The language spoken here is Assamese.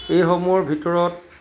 এইসমূহৰ ভিতৰত